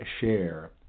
share